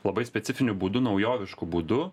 labai specifiniu būdu naujovišku būdu